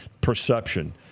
perception